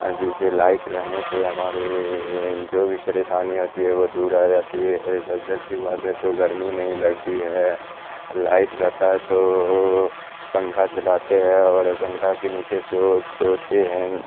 جسے لائٹ رہنے سے ہمارے جو بھی پریشانی ہوتی ہے وہ دور ہو جاتی ہے سب سے اچھی بات ہے تو گرمی نہیں لگتی ہے لائٹ رہتا ہے تو پنکھا چلاتے ہے اور پنکھا کے نیچے سو سوتے ہیں